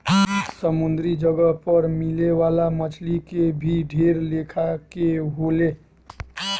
समुंद्री जगह पर मिले वाला मछली के भी ढेर लेखा के होले